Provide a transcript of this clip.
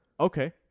Okay